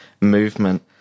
movement